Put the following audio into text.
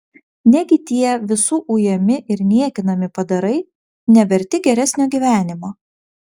negi tie visų ujami ir niekinami padarai neverti geresnio gyvenimo